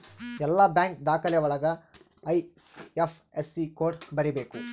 ಎಲ್ಲ ಬ್ಯಾಂಕ್ ದಾಖಲೆ ಒಳಗ ಐ.ಐಫ್.ಎಸ್.ಸಿ ಕೋಡ್ ಬರೀಬೇಕು